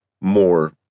more